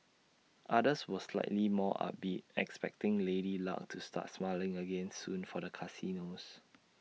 others were slightly more upbeat expecting lady luck to start smiling again soon for the casinos